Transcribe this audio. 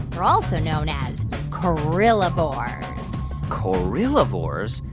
they're also known as corallivores corallivores?